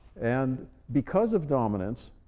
and because of dominance,